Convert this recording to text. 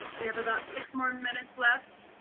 we have about six more minutes left.